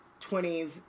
20s